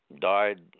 died